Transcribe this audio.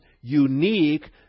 unique